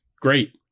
Great